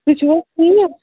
تُہۍ چھِو حظ ٹھیٖک